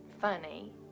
funny